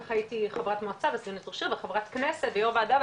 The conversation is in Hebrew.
כך הייתי חברת מועצה וחברת כנסת ויו"ר וועדה,